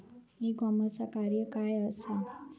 E कॉमर्सचा कार्य काय असा?